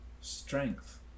strength